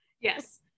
Yes